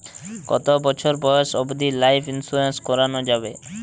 কতো বছর বয়স অব্দি লাইফ ইন্সুরেন্স করানো যাবে?